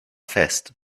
fest